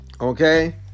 Okay